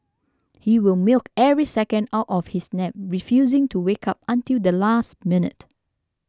he will milk every second out of his nap refusing to wake up until the last minute